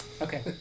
Okay